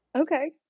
Okay